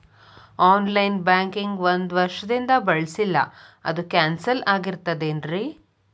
On line banking ಒಂದ್ ವರ್ಷದಿಂದ ಬಳಸಿಲ್ಲ ಅದು ಕ್ಯಾನ್ಸಲ್ ಆಗಿರ್ತದೇನ್ರಿ?